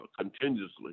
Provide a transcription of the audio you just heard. continuously